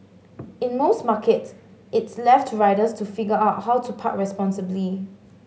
in most markets it's left to riders to figure out how to park responsibly